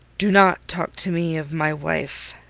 do not talk to me of my wife,